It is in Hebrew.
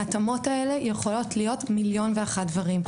ההתאמות האלה יכולות להיות מיליון ואחד דברים.